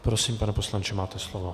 Prosím, pane poslanče, máte slovo.